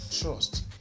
trust